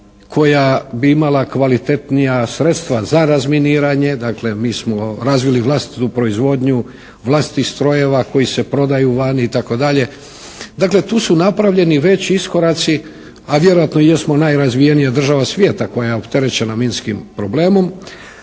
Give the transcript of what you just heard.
Koja bi imala kvalitetnija sredstva za razminiranje. Dakle mi smo razvili vlastitu proizvodnju vlastitih strojeva koji se prodaju vani i tako dalje. Dakle tu su napravljeni već iskoraci a vjerojatno i jesmo najrazvijenija država svijeta koja je opterećena minskim problemom